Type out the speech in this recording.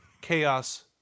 Chaos